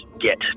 get